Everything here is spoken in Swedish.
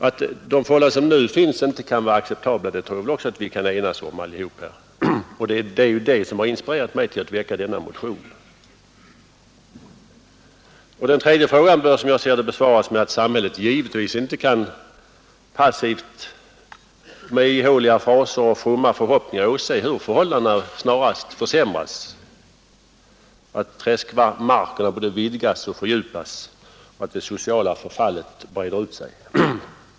Att de förhållanden som nu finns inte kan vara acceptabla tror jag också att vi alla kan enas om, och det är det som har inspirerat mig till att vi Den tredje frågan bör, som jag ser det, besvaras med att samhället givetvis inte med ihåliga fraser och fromma förhoppningar kan åse hur förhållandena snarast försämras, hur träskmarkerna både vidgas och fördjupas och hur det sociala förfallet breder ut sig.